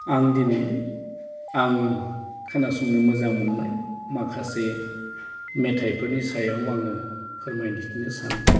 आं दिनै आं खोनासंनो मोजां मोननाय माखासे मेथाइफोरनि सायाव आङो फोरमायनो सान्दों